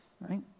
Right